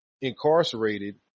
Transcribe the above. incarcerated